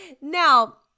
Now